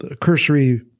cursory